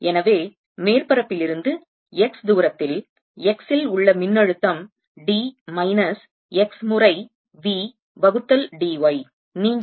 எனவே மேற்பரப்பில் இருந்து x தூரத்தில் x இல் உள்ள மின்னழுத்தம் d மைனஸ் x முறை V வகுத்தல் d y